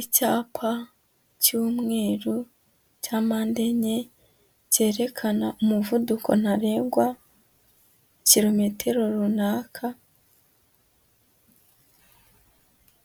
Icyapa cy'umweru cya mpande enye, cyerekana umuvuduko ntarengwa, kilometero runaka,